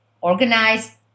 organize